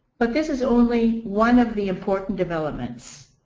but, this is only one of the important developments.